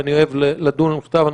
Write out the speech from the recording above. בכתב, אני אוהב לדון על הכתב.